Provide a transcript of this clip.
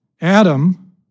Adam